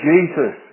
Jesus